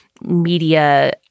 media